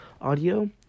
audio